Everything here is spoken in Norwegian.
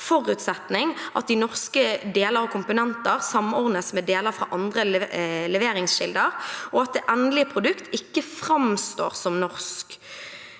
«forutsetning at de norske deler og komponenter samordnes med deler fra andre leveringskilder, og at det endelige produkt ikke fremstår som norsk.